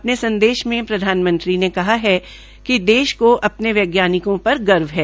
अपने संदेश में प्रधानमंत्री ने कहा कि देश को अपने वैज्ञानिकों पर गर्व है